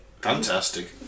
Fantastic